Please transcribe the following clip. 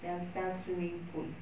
delta swimming pool